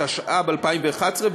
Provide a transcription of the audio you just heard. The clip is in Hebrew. התשע"ב 2011,